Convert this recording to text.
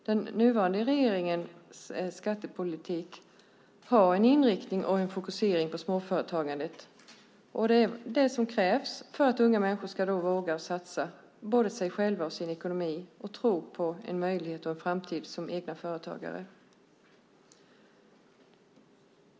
Den nuvarande regeringens skattepolitik har en inriktning och en fokusering på småföretagandet och det som krävs för att unga människor ska våga satsa både sig själva och sin ekonomi och tro på en möjlighet och en framtid som egna företagare.